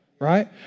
right